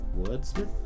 wordsmith